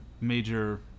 major